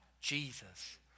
Jesus